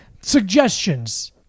suggestions